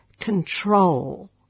control